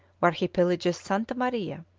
where he pillages santa maria,